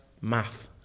math